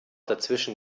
dazwischen